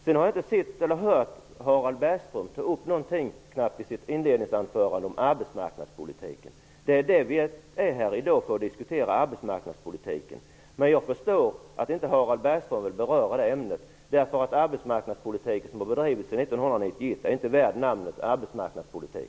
Jag har inte hört att Harald Bergström ens i sitt inledningsanförande tog upp något om arbetsmarknadspolitiken. Det är den vi är här för att diskutera i dag. Men jag förstår att Harald Bergström inte vill beröra det ämnet. Den arbetsmarknadspolitik som har bedrivits sedan 1991 är inte värd namnet arbetsmarknadspolitik.